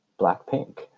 Blackpink